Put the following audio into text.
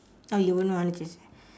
oh you will not want to change